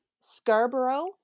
Scarborough